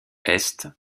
est